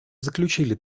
заключили